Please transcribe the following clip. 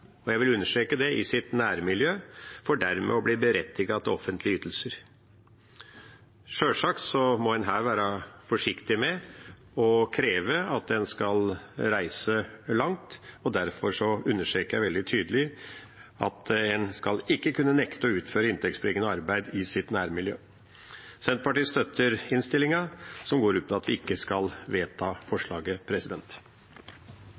jeg vil understreke det: i sitt nærmiljø – for dermed å bli berettiget til offentlige ytelser. Sjølsagt må en her være forsiktig med å kreve at en skal reise langt, derfor understreker jeg veldig tydelig at en ikke skal kunne nekte å utføre inntektsbringende arbeid i sitt nærmiljø. Senterpartiet støtter innstillinga, som går ut på at en ikke skal vedta